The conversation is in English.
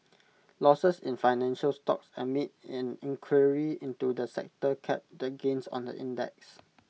losses in financial stocks amid an inquiry into the sector capped the gains on the index